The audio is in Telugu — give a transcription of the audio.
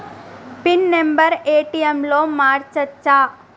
పిన్ నెంబరు ఏ.టి.ఎమ్ లో మార్చచ్చా?